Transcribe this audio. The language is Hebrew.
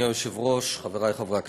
היושב-ראש, חברי חברי הכנסת,